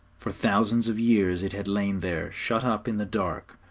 for thousands of years it had lain there, shut up in the dark,